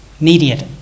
immediate